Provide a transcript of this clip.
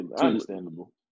understandable